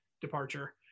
departure